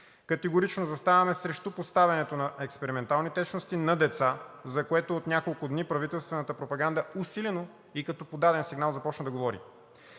Категорично заставаме срещу поставянето на експериментални течности на деца, за което от няколко дни правителствената пропаганда усилено и като по даден сигнал започна да говори!